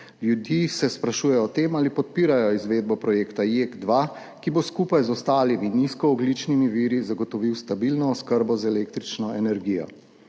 Ljudi se sprašuje o tem, ali podpirajo izvedbo projekta JEK2, ki bo skupaj z ostalimi nizkoogljičnimi viri zagotovil stabilno oskrbo z električno energijo.